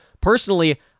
Personally